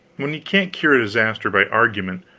when you can't cure a disaster by argument,